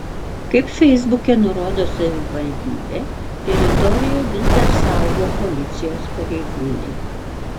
kaip feisbuke nurodo savivaldybė teritoriją vis dar saugo policijos pareigūnai